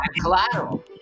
collateral